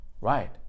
right